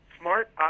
Smart